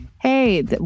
hey